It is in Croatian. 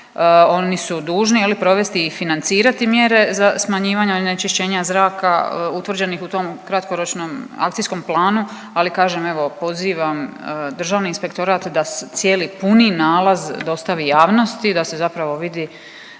Oni su dužni, je li, provesti i financirati mjere za smanjivanje onečišćenja zraka, utvrđenih u tom kratkoročnom akcijskom planu, ali kažem, evo pozivam Državni inspektorat da cijeli puni nalaz dostavi javnosti da se zapravo vidi